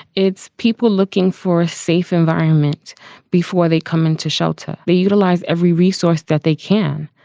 it's people looking for a safe environment before they come into shelter. they utilize every resource that they can